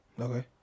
Okay